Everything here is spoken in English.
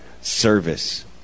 service